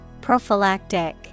prophylactic